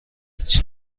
هیچ